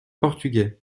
portugais